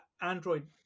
Android